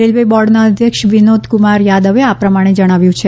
railway બોર્ડના અધ્યક્ષ વિનોદ કુમાર યાદવે આ પ્રમાણે જણાવ્યું છે